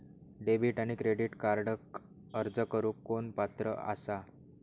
Debit आणि credit कार्डक अर्ज करुक कोण पात्र आसा?